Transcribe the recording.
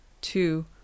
two